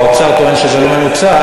האוצר טוען שזה לא מנוצל,